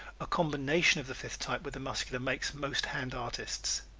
a combination of the fifth type with the muscular makes most hand artists.